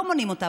לא מונעים אותה,